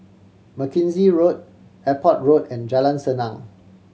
Mackenzie Road Airport Road and Jalan Senang